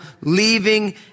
leaving